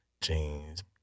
jeans